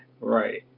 Right